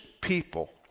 people